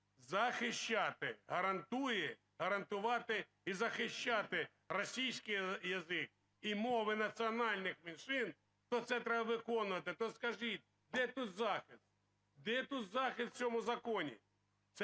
гарантує… гарантувати і захищати російський язик і мови національних меншин, то це треба виконувати, то скажіть, де тут захист? Де тут захист, в цьому законі?